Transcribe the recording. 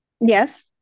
Yes